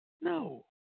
No